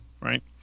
right